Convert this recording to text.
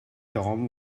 tom